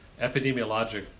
Epidemiologic